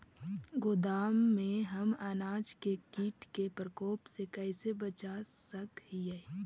गोदाम में हम अनाज के किट के प्रकोप से कैसे बचा सक हिय?